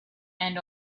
and